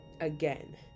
Again